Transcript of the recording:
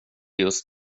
just